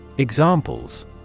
Examples